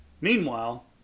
Meanwhile